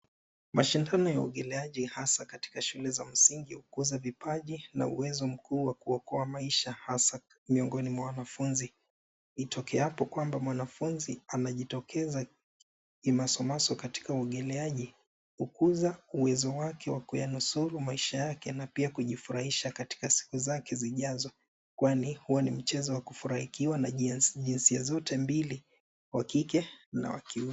Mashindano ya uogeleaji hasa katika shule za msingi hukuza vipaji na uwezo mkuu wa kuokoa maisha hasa miongoni mwa wanafunzi, itokeapo kwamba mwanafunzi anajitokeza kimasomaso katika uogeleaji kukuza uwezo wake wa kuyanusuru maisha yake na pia kujifurahisha katika siku zake zijazo. Kwani huwa ni mchezo wa kufurahikiwa na jinsia zote mbili, wa kike na wa kiume.